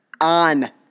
on